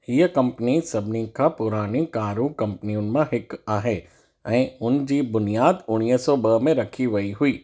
हीअ कंपनी सभिनीनि खां पुराणी कारूं कंपनियुनि मां हिकु आहे ऐं उन जी बुनियाद उणिवीह सौ ॿ में रखी वई हुई